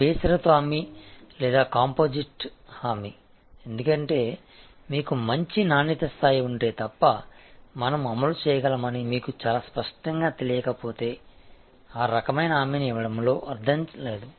బేషరతు హామీ లేదా కాంపోజిట్ మిశ్రమ హామీ ఎందుకంటే మీకు మంచి నాణ్యత స్థాయి ఉంటే తప్ప మనము అమలు చేయగలమని మీకు చాలా స్పష్టంగా తెలియకపోతే ఆ రకమైన హామీని ఇవ్వడంలో అర్థం లేదు